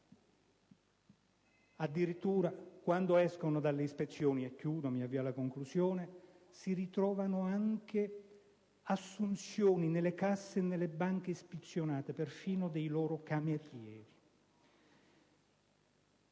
Addirittura, quando escono dalle ispezioni, si ritrovano anche assunzioni nelle casse e nelle banche ispezionate, perfino dei loro camerieri.